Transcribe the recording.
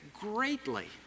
greatly